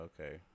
Okay